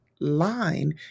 line